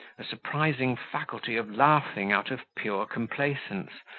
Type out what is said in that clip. a surprising faculty of laughing out of pure complaisance,